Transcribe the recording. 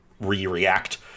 re-react